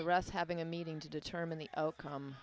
the rest having a meeting to determine the outcome